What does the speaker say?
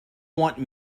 want